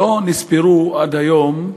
שלא נספרו עד היום,